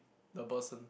the person